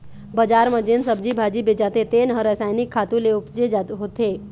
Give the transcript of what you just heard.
बजार म जेन सब्जी भाजी बेचाथे तेन ह रसायनिक खातू ले उपजे होथे